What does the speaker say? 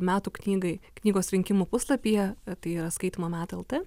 metų knygai knygos rinkimų puslapyje tai yra skaitymo metai lt